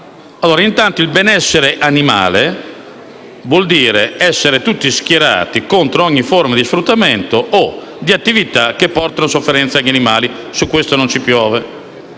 domanda: il benessere animale vuol dire essere tutti schierati contro ogni forma di sfruttamento o di attività che porti sofferenza agli animali? Sì, su questo non ci piove.